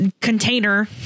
container